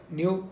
new